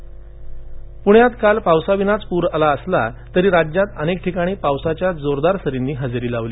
पाउस प्ण्यात काल पावसाविनाच पूर आला असला तरी राज्यात अनेक ठिकाणी पावसाच्या जोरदार सरींनी हजेरी लावली